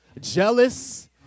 jealous